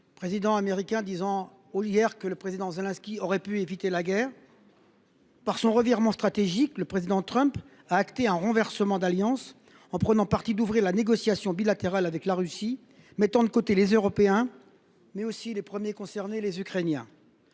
président américain ayant affirmé hier que le président Zelensky aurait pu éviter le conflit. Par son revirement stratégique, le président Trump a acté un renversement d’alliance en prenant le parti d’ouvrir des négociations bilatérales avec la Russie mettant de côté les Européens, mais aussi les premiers concernés : les Ukrainiens.